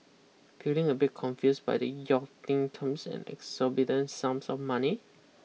feeling a bit confuse by the yachting terms and exorbitant sums of money